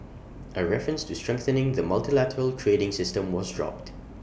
A reference to strengthening the multilateral trading system was dropped